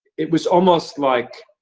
it was almost like